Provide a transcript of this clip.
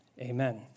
amen